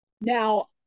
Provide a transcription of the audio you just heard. Now